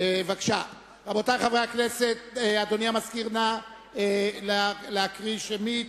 אדוני המזכיר, נא לקרוא את השמות.